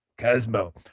Cosmo